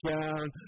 down